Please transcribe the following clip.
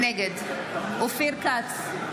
נגד אופיר כץ,